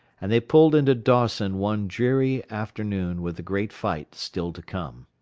and they pulled into dawson one dreary afternoon with the great fight still to come.